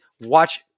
watch